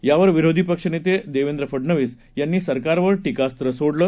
यावर विरोधी पक्षनेते देवेंद्र फडनवीस यांनी सरकारवर टीकास्त्र सोडलं